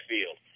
Field